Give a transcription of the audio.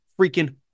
freaking